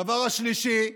הדבר השלישי,